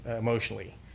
emotionally